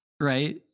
Right